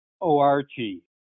O-R-G